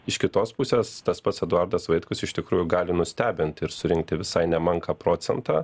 iš kitos pusės tas pats eduardas vaitkus iš tikrųjų gali nustebint ir surinkti visai nemenką procentą